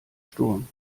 sturm